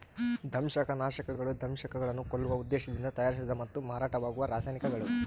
ದಂಶಕನಾಶಕಗಳು ದಂಶಕಗಳನ್ನು ಕೊಲ್ಲುವ ಉದ್ದೇಶದಿಂದ ತಯಾರಿಸಿದ ಮತ್ತು ಮಾರಾಟವಾಗುವ ರಾಸಾಯನಿಕಗಳು